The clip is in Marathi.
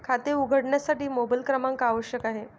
खाते उघडण्यासाठी मोबाइल क्रमांक आवश्यक आहे